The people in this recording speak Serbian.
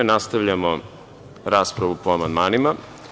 Nastavljamo raspravu po amandmanima.